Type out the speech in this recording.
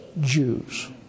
Jews